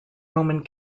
roman